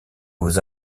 aux